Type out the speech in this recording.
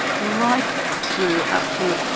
right through up to.